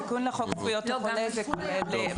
בתיקון לחוק זכויות החולה זה כולל,